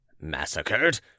Massacred